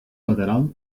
lateral